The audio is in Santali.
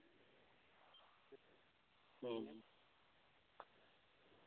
ᱦᱩᱸ